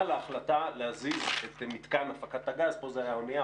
להחלטה להזיז את מתקן הפקת הגז פה זה היה אנייה,